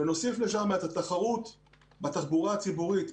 ונוסיף לשם את התחרות בתחבורה הציבורית,